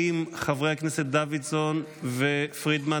חברי הכנסת דוידסון ופרידמן,